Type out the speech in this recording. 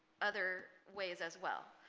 other ways as well